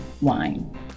wine